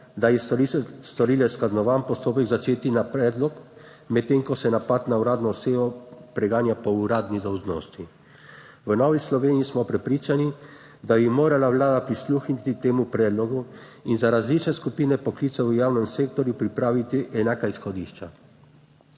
da je storilec kaznovan, postopek začeti na predlog, medtem ko se napad na uradno osebo preganja po uradni dolžnosti. V Novi Sloveniji smo prepričani, da bi morala vlada prisluhniti temu predlogu in za različne skupine poklicev v javnem sektorju pripraviti enaka izhodišča,